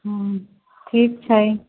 हूँ ठीक